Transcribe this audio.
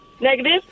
Negative